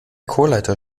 chorleiter